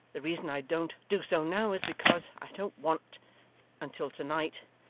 the reason i don't do so now is, because i don't want until to-night,